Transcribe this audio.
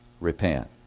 repent